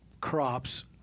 crops